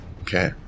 Okay